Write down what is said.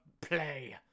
play